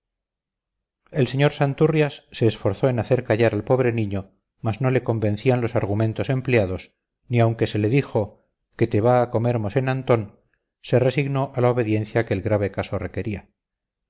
el sr santurrias se esforzó en hacer callar al pobre niño mas no le convencían los argumentos empleados ni aunque se le dijo que te va a comer mosén antón se resignó a la obediencia que el grave caso requería